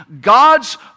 God's